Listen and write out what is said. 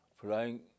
flying